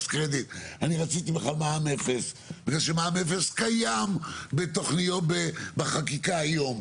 אני רציתי בכלל מע"מ אפס בגלל שמע"מ אפס קיים בחקיקה היום.